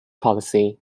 policy